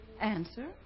Answer